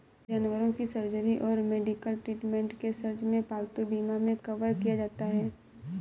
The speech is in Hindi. जानवरों की सर्जरी और मेडिकल ट्रीटमेंट के सर्च में पालतू बीमा मे कवर किया जाता है